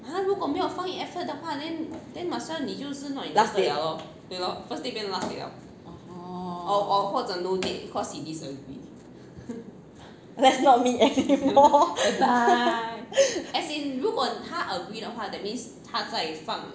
last date orh first date 变成 last date liao or or 或者 no date cause he disagreed